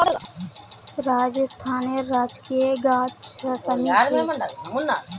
राजस्थानेर राजकीय गाछ शमी छे